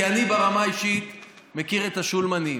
כי אני ברמה האישית מכיר את השולמנים.